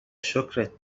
شکرت